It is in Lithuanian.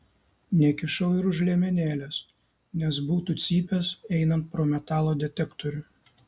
nekišau ir už liemenėlės nes būtų cypęs einant pro metalo detektorių